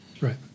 Right